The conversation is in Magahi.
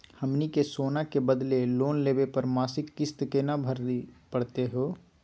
हमनी के सोना के बदले लोन लेवे पर मासिक किस्त केतना भरै परतही हे?